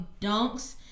dunks